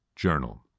Journal